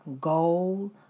goal